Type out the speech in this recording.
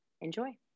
Enjoy